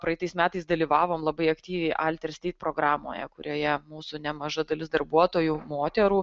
praeitais metais dalyvavom labai aktyviai alterstit programoje kurioje mūsų nemaža dalis darbuotojų moterų